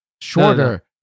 shorter